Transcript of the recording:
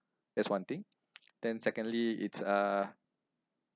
that's one thing then secondly it's uh